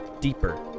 Deeper